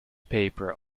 paper